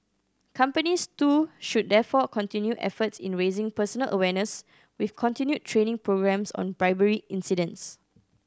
companies too should therefore continue efforts in raising personal awareness with continued training programmes on bribery incidents